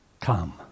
Come